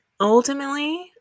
Ultimately